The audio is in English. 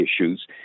issues